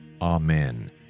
Amen